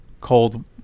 cold